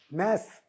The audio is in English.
math